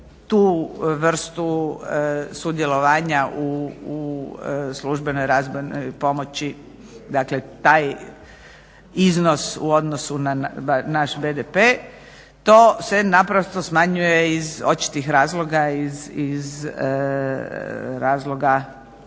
tu vrstu sudjelovanja u službenoj razvojnoj pomoći. Dakle, taj iznos u odnosu na naš BDP. To se naprosto smanjuje iz očitih razloga, iz razloga